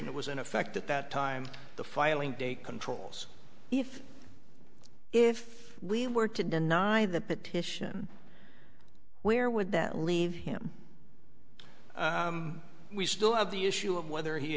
lation it was in effect at that time the filing date controls if if we were to deny the petition where would that leave him we still have the issue of whether he